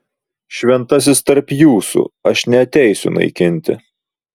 šventasis tarp jūsų aš neateisiu naikinti